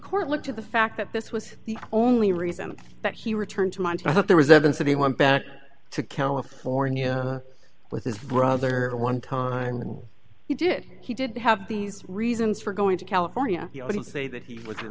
court looked at the fact that this was the only reason that he returned to monterey that there was evidence that he went back to california with his brother one time and he did he did have these reasons for going to california to say that he was in